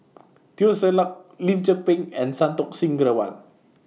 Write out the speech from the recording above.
Teo Ser Luck Lim Tze Peng and Santokh Singh Grewal